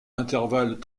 intervalles